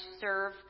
serve